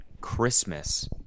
Christmas